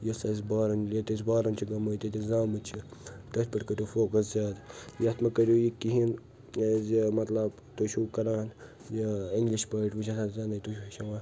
یۄس اسہِ بوٛارٕن ییٚتہِ أسۍ بوٛارٕن چھِ گٔمٕتۍ ییٚتہِ أسۍ زامٕتۍ چھِ تٔتھۍ پٮ۪ٹھ کٔرِو فوکَس زیادٕ ییٚتھ مہٕ کٔرِو یہِ کہیٖنۍ کیٛازِ مطلب تُہۍ چھُو کران یہِ انٛگلِش پٲٹھۍ وُنہِ چھِ آسان زیٚنٔے تُہۍ چھُو ہیٚچھناوان